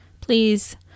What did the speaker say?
Please